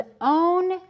own